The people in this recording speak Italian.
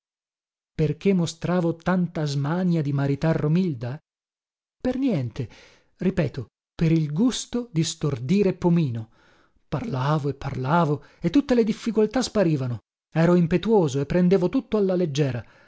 perché mostravo tanta smania di maritar romilda per niente ripeto per il gusto di stordire pomino parlavo e parlavo e tutte le difficoltà sparivano ero impetuoso e prendevo tutto alla leggera